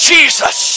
Jesus